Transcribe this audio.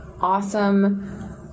awesome